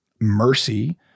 mercy